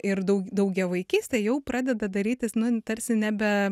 ir dau daugiavaikystė jau pradeda darytis nu tarsi nebe